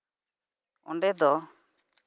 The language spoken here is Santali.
ᱚᱸᱰᱮ ᱫᱚ